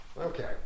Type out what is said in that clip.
Okay